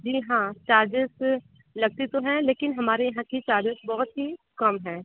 जी हाँ चार्जिज़ लगते तो हैं लेकिन हमारे यहाँ के चार्जिज़ बहुत ही कम हैं